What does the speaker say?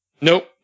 Nope